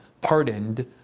pardoned